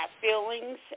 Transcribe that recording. feelings